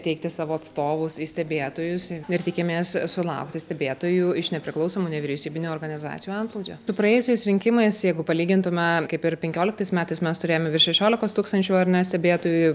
teikti savo atstovus į stebėtojus ir tikimės sulaukti stebėtojų iš nepriklausomų nevyriausybinių organizacijų antplūdžio su praėjusiais rinkimais jeigu palygintume kaip ir penkioliktais metais mes turėjome virš šešiolikos tūkstančių ar ne stebėtojų